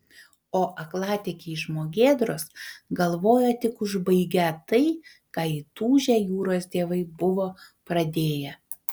o aklatikiai žmogėdros galvojo tik užbaigią tai ką įtūžę jūros dievai buvo pradėję